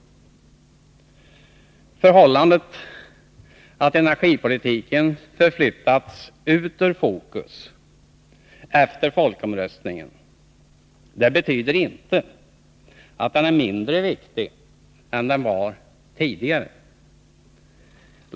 Det förhållandet att energipolitiken förflyttats ut ur fokus efter folkomröstningen betyder inte att den är mindre viktig än den var tidigare.